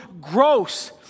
gross